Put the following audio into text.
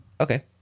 Okay